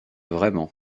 vraiment